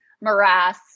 morass